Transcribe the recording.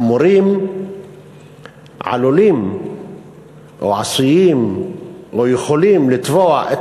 שהמורים עלולים או עשויים או יכולים לתבוע את